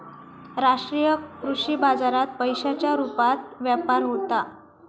राष्ट्रीय कृषी बाजारात पैशांच्या रुपात व्यापार होता